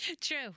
True